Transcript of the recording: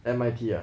M_I_T ah